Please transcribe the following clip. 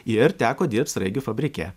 ir teko dirbt sraigių fabrike